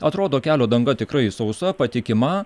atrodo kelio danga tikrai sausa patikima